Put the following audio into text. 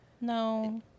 No